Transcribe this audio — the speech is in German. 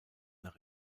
nach